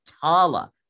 Tala